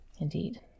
Indeed